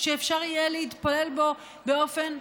שאפשר יהיה להתפלל בה באופן,